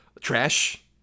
trash